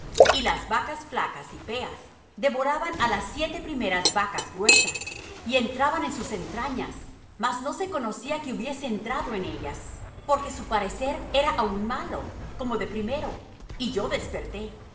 y las vacas flacas y feas devoraban á las siete primeras vacas gruesas y entraban en sus entrañas mas no se conocía que hubiese entrado en ellas porque su parecer era aún malo como de primero y yo desperté